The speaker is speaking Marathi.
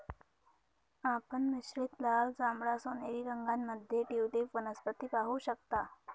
आपण मिश्रित लाल, जांभळा, सोनेरी रंगांमध्ये ट्यूलिप वनस्पती पाहू शकता